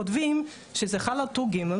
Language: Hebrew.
כותבים שזה חל על טור ג',